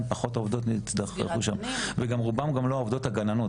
היו גם פחות עובדות שהיו צריכים שם וגם רובן זה לא העובדות הגננות,